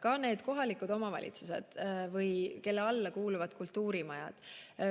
Ka need kohalikud omavalitsused, kelle alla kuuluvad kultuurimajad.